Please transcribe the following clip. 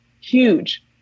huge